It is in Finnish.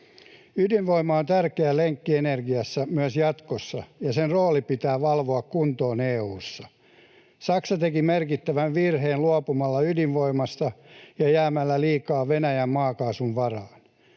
Ydinvoima on tärkeä lenkki energiassa myös jatkossa, ja sen rooli pitää valvoa kuntoon EU:ssa. Saksa teki merkittävän virheen luopumalla ydinvoimasta ja jäämällä liikaa Venäjän maakaasun varaan.